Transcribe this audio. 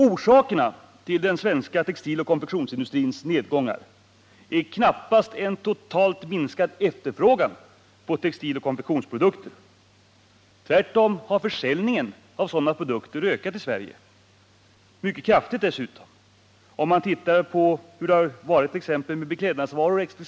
Orsakerna till den svenska textiloch konfektionsindustrins nedgång är knappast en totalt minskad efterfrågan på textiloch konfektionsprodukter. Tvärtom har försäljningen av sådana produkter ökat i Sverige — mycket kraftigt dessutom. Om man tittar på hur det varit för exempelvis beklädnadsvaror exkl.